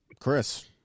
Chris